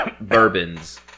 bourbons